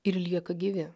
ir lieka gyvi